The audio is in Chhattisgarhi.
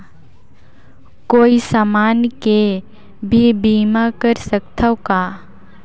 कोई समान के भी बीमा कर सकथव का?